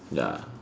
ya